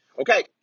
Okay